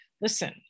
listen